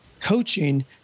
Coaching